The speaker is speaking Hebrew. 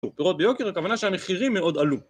פירות ביוקר הכוונה שהמחירים מאוד עלו